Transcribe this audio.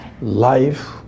life